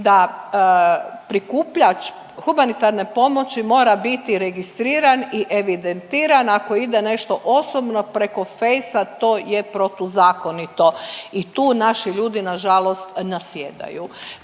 da prikupljač humanitarne pomoći mora biti registriran i evidentiran ako ide nešto osobno preko Feisa to je protuzakonito i tu naši ljudi nažalost nasjedaju.